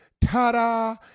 ta-da